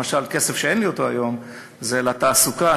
למשל כסף שאין לי היום זה לתעסוקה